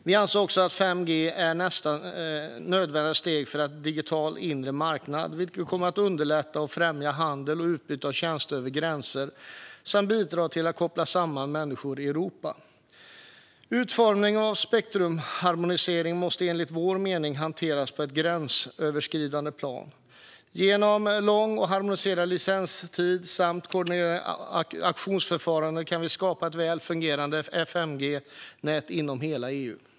Vi anser också att 5G är nästa nödvändiga steg för en digital inre marknad, vilket kommer att underlätta och främja handeln och utbytet av tjänster över gränser samt bidra till att koppla samman människor i Europa. Utformningen av spektrumharmoniseringen måste enligt vår mening hanteras på ett gränsöverskridande plan. Genom lång och harmoniserad licenstid samt koordinerade auktionsförfaranden kan vi skapa ett väl fungerande 5G-nät inom hela EU.